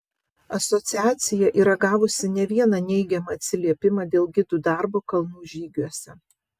asociacija yra gavusi ne vieną neigiamą atsiliepimą dėl gidų darbo kalnų žygiuose